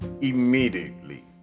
Immediately